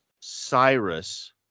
Cyrus